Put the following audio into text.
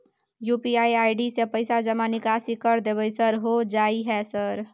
UPI ID से पैसा जमा निकासी कर देबै सर होय जाय है सर?